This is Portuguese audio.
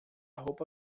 roupa